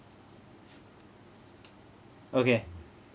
okay